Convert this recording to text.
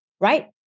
Right